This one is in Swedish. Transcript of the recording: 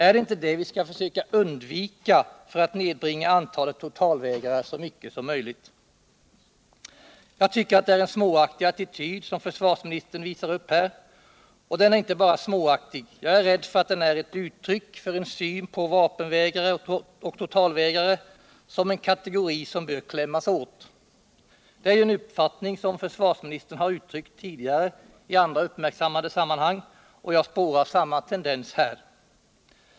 Är det inte det vi skall försöka undvika för att nedbringa antalet totalvägrare så mycket som möjligt? Jag tycker att det är en småaktig attityd som försvarsministern här visar upp. Och den är inte bara småaktig. Jag är rädd för att den är ett uttryck för en syn på vapenvägrare och totalvägrare som en kategori som bör klämmas åt. Det är ju en uppfattning som försvarsministern har uttryckt tidigare i andra uppmärksammade sammanhang och jag spårar samma tendens här.